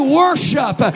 worship